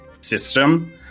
system